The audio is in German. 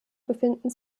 befinden